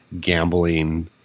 gambling